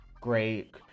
great